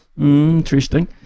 Interesting